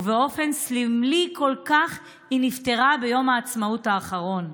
ובאופן סמלי כל כך היא נפטרה ביום העצמאות האחרון.